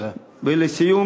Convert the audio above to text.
ולסיום,